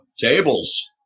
Tables